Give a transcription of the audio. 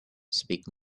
speak